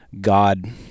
God